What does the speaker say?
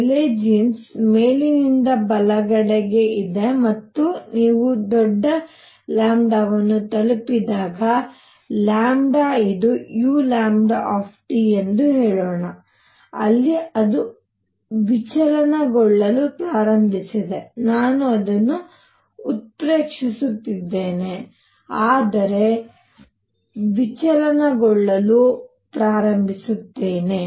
Rayleigh ಜೀನ್ಸ್ ಮೇಲಿನಿಂದ ಬಲಗಡೆ ಇದೆ ಮತ್ತು ನೀವು ದೊಡ್ಡ ವನ್ನು ತಲುಪಿದಾಗ ಇದು u ಎಂದು ಹೇಳೋಣ ಅಲ್ಲಿ ಅದು ವಿಚಲನಗೊಳ್ಳಲು ಪ್ರಾರಂಭಿಸಿದೆ ನಾನು ಅದನ್ನು ಉತ್ಪ್ರೇಕ್ಷಿಸುತ್ತಿದ್ದೇನೆ ಆದರೆ ವಿಚಲನಗೊಳ್ಳಲು ಪ್ರಾರಂಭಿಸುತ್ತೇನೆ